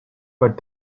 but